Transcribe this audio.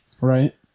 Right